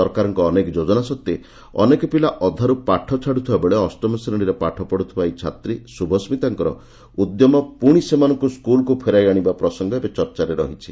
ସରକାରଙ୍କ ଅନେକ ଯୋଜନା ସତ୍ତ୍ ଅନେକ ପିଲା ଅଧାର୍ ପାଠ ଛାଡ୍ଥିବାବେଳେ ଅଷ୍ମ ଶ୍ରେଶୀରେ ପାଠ ପତୁଥିବା ଏହି ଛାତ୍ରୀ ଶୁଭସ୍କିତାଙ୍କର ଉଦ୍ୟମ ପୁଣି ସେମାନଙ୍କୁ ସ୍କୁଲକୁ ଫେରାଇ ଆଶିବା ପ୍ରସଙ୍ଙ ଏବେ ଚର୍ଚ୍ଚାରେ ରହିଛି